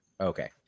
Okay